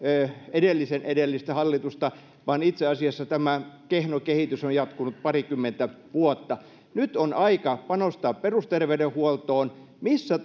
edellisen edellistä hallitusta vaan itse asiassa tämä kehno kehitys on jatkunut parikymmentä vuotta nyt on aika panostaa perusterveydenhuoltoon missä